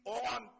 on